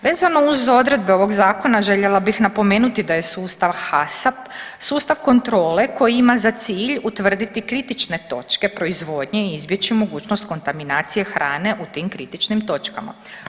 Vezano uz odredbe ovog zakona željela bih napomenuti da je sustav HACCP sustav kontrole koji ima za cilj utvrditi kritične točke proizvodnje i izbjeći mogućnost kontaminacije hrane u tim kritičnim točkama.